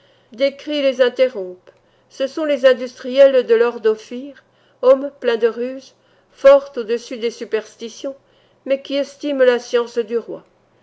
des cris les interrompent ce sont les industriels de l'or d'ophir hommes pleins de ruses fort au-dessus des superstitions mais qui estiment la science du roi